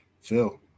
Phil